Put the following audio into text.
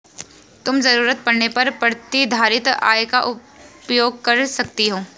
तुम ज़रूरत पड़ने पर प्रतिधारित आय का उपयोग कर सकती हो